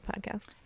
podcast